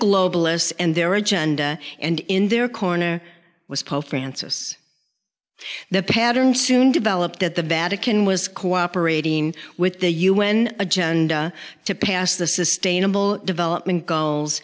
globalists and their agenda and in their corner was pope francis the pattern soon developed at the vatican was cooperating with the un agenda to pass the sustainable development goals